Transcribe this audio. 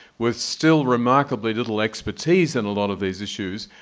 with still remarkably little expertise in a lot of these issues,